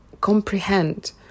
comprehend